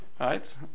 right